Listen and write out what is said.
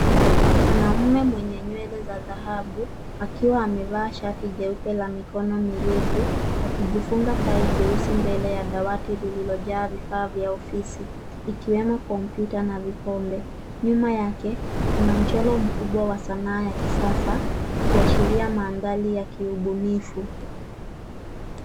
Mwanamume mwenye nywele za dhahabu akiwa amevaa shati jeupe la mikono mirefu akijifunga tai jeusi mbele ya dawati lililojaa vifaa vya ofisi ikiwemo kompyuta na vikombe. Nyuma yake kuna mchoro mkubwa wa sanaa ya kisasa ukiashiria mandhari ya kiubunifu.